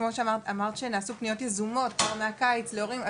כמו שאמרת שנעשו פניות יזומות כבר מהקיץ להורים,